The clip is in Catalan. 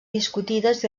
discutides